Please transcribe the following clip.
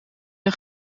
een